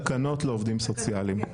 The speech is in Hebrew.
תקנות לעובדים סוציאליים.